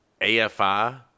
AFI